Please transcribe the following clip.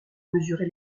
mesurer